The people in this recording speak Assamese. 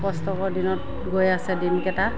কষ্টকৰ দিনত গৈ আছে দিনকেইটা